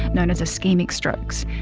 known as ischemic strokes,